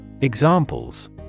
Examples